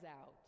out